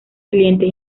clientes